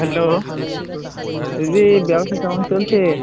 hello দিদি ব্যবসা কেমন চলছে